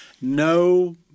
no